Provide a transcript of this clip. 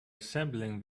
assembling